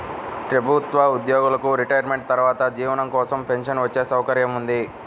ప్రభుత్వ ఉద్యోగులకు రిటైర్మెంట్ తర్వాత జీవనం కోసం పెన్షన్ వచ్చే సౌకర్యం ఉంది